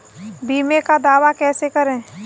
बीमे का दावा कैसे करें?